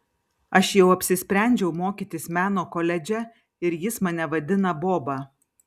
aš jau apsisprendžiau mokytis meno koledže ir jis mane vadina boba